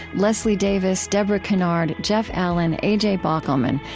leslie davis, debra kennard, jeff allen, a j. bockelman,